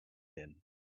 din